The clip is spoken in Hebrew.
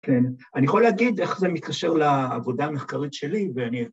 ‫כן, אני יכול להגיד איך זה מתקשר ‫לעבודה המחקרית שלי, ואני...